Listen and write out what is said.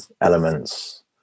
elements